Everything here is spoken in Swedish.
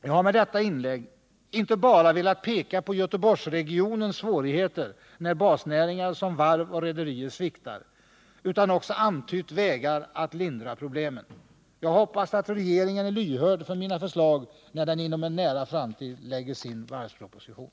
Jag har med detta inlägg inte bara velat peka på Göteborgsregionens svårigheter när basnäringar som varv och rederier sviktar utan också antytt vägar att lindra problemen. Jag hoppas att regeringen är lyhörd för mina förslag, när den inom en nära framtid lägger fram sin varvsproposition.